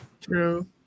True